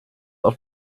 auf